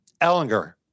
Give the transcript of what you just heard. Ellinger